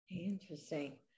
interesting